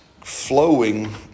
flowing